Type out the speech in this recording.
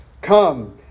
Come